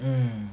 mm